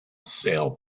sale